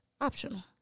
optional